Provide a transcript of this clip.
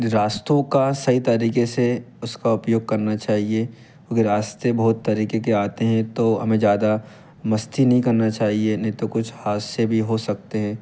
रास्तों का सही तरीके से उसका उपयोग करना चाहिए क्योंकि रास्ते बहुत तरीके के आते हैं तो हमें ज़्यादा मस्ती नहीं करना चाहिए नहीं तो कुछ हादसे भी हो सकते है